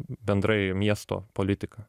bendrai miesto politika